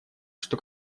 что